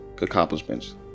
accomplishments